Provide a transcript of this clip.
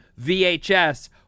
VHS